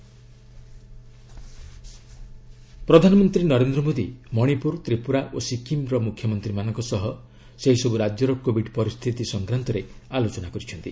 PM states ପ୍ରଧାନମନ୍ତ୍ରୀ ନରେନ୍ଦ୍ର ମୋଦୀ ମଣିପୁର ତ୍ରିପୁରା ଓ ସିକ୍କିମ୍ର ମୁଖ୍ୟମନ୍ତ୍ରୀମାନଙ୍କ ସହ ସେହିସବୁ ରାଜ୍ୟର କୋବିଡ୍ ପରିସ୍ଥିତି ସଂକ୍ରାନ୍ତରେ ଆଲୋଚନା କରିଛନ୍ତି